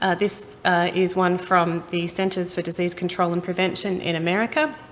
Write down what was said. ah this is one from the centers for disease control and prevention in america.